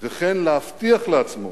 "וכן להבטיח לעצמו